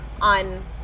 on